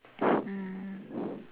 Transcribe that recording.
mm